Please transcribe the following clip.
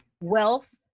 wealth